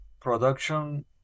production